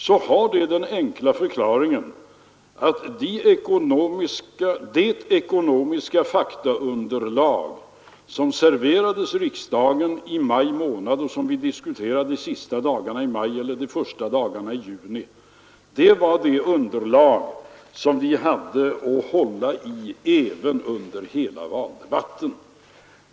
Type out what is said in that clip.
Det har den enkla förklaringen att det ekonomiska faktaunderlag som serverades riksdagen i maj, och som vi diskuterade under de sista dagarna i maj eller de första dagarna i juni, var det underlag vi hade att hålla i även under hela valdebatten.